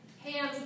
Hands